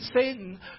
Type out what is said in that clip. Satan